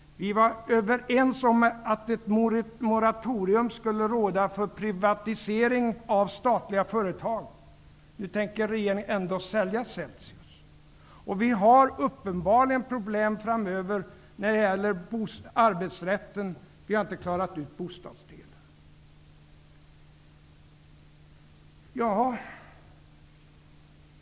Vi var överens om att ett moratorium skulle råda för privatisering av statliga företag. Nu tänker regeringen ändå sälja Celcius. Vi har uppenbarligen problem framöver när det gäller arbetsrätten, och vi har inte klarat ut bostadsdelen.